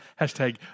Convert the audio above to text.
Hashtag